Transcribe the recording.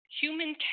human